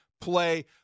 play